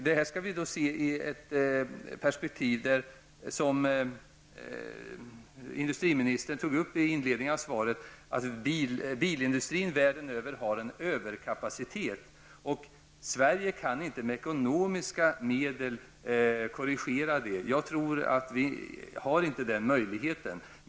Detta skall ses i det perspektiv som industriministern tog upp i inledningen av svaret: Bilindustrin världen över har en överkapacitet. Sverige kan inte med ekonomiska medel korrigera det, tror jag.